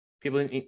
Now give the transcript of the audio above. people